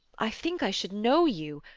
i think i should know you,